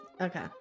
Okay